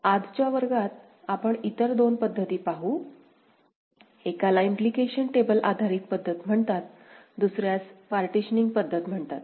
आजच्या वर्गात आपण इतर दोन पद्धती पाहू एकाला इम्प्लीकेशन टेबल आधारित पद्धत म्हणतात दुसर्यास पार्टिशनिंग पद्धत म्हणतात